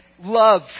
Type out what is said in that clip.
love